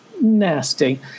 nasty